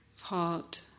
heart